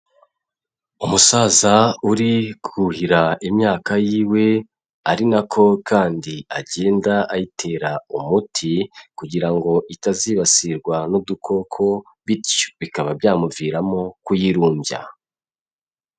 Umusaza uri kuhira imyaka y'iwe ari na ko kandi agenda ayitera umuti kugira ngo itazibasirwa n'udukoko bityo bikaba byamuviramo kuyirumbya.